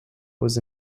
was